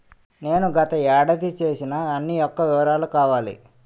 నేను గత ఏడాది చేసిన అన్ని యెక్క వివరాలు కావాలి?